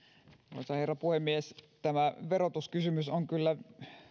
arvoisa herra puhemies tämä verotuskysymys on kyllä